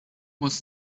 was